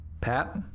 Pat